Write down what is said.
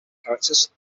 characters